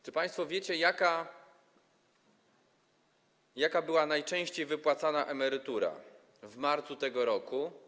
Czy państwo wiecie, jaka była najczęściej wypłacana emerytura w marcu tego roku?